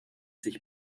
sich